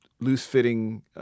loose-fitting